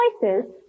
choices